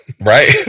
right